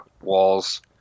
walls